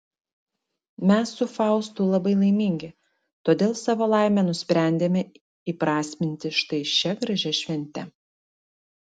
mes su faustu labai laimingi todėl savo laimę nusprendėme įprasminti štai šia gražia švente